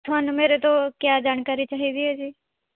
ਤੁਹਾਨੂੰ ਮੇਰੇ ਤੋਂ ਕਿਆ ਜਾਣਕਾਰੀ ਚਾਹੀਦੀ ਹੈ ਜੀ